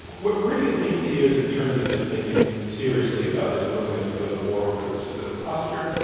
where where do you think he is in terms of his thinking seriously about his willingness to go to war over this? is it a posture,